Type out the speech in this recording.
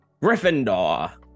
Gryffindor